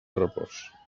repòs